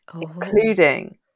including